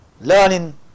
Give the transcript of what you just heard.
learning